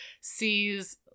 sees